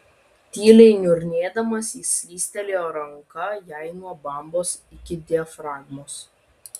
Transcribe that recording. tyliai niurnėdamas jis slystelėjo ranka jai nuo bambos iki diafragmos